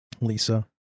Lisa